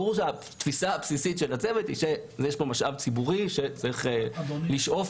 ברור שהתפיסה הבסיסית של הצוות היא שיש משאב ציבור שצריך לשאוף